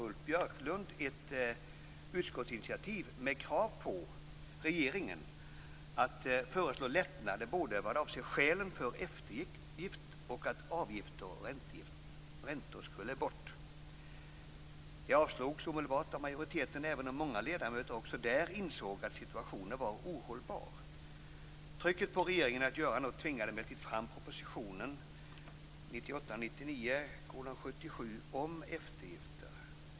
Ulf Björklund ett utskottsinitiativ med krav på att regeringen skulle föreslå lättnader vad avser skälen för eftergift och att avgifter och räntor skulle bort. Det avslogs omedelbart av majoriteten, även om många ledamöter också där insåg att situationen var ohållbar. Trycket på regeringen att göra något tvingade emellertid fram proposition 1998/99:77 om eftergifter.